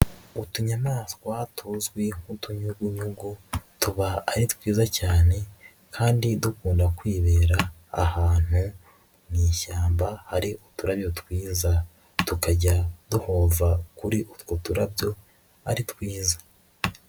Utunyamaswa tuzwi nk'utunyugunyugu tuba ari twiza cyane kandi dukunda kwibera ahantu mu ishyamba hari uturabyo twiza, tukajya duhova kuri utwo turabyo ari twiza.